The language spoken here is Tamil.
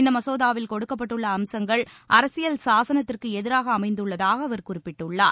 இந்த மசோதாவில் கொடுக்கப்பட்டுள்ள அம்சங்கள் அரசியல் சாசனத்திற்கு எதிராக அமைந்துள்ளதாக அவர் குறிப்பிட்டுள்ளார்